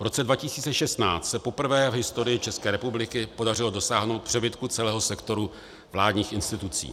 V roce 2016 se poprvé v historii České republiky podařilo dosáhnout přebytku celého sektoru vládních institucí.